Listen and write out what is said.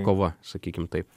kova sakykim taip